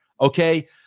okay